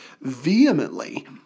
vehemently